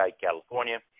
California